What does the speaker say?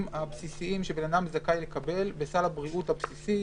הבסיסיים שבן אדם זכאי לקבל בסל הבריאות הבסיסי,